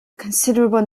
considerable